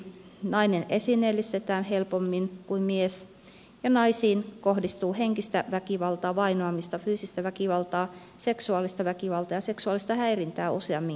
nainen esineellistetään helpommin kuin mies ja naisiin kohdistuu henkistä väkivaltaa vainoamista fyysistä väkivaltaa seksuaalista väkivaltaa ja seksuaalista häirintää useammin kuin miehiin